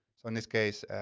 so in this case,